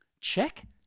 Check